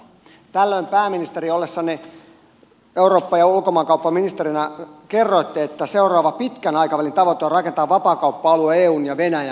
tällöin pääministeri ollessanne eurooppa ja ulkomaankauppaministerinä kerroitte että seuraava pitkän aikavälin tavoite on rakentaa vapaakauppa alue eun ja venäjän välille